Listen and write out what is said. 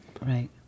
Right